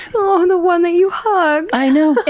um the one that you hugged! i know!